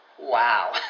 Wow